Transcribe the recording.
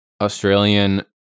Australian